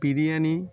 biryani